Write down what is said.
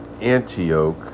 Antioch